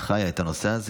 חיה את הנושא הזה.